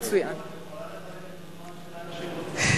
היא יכולה לחלק את הזמן שלה איך שהיא רוצה,